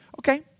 Okay